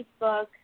Facebook